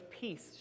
peace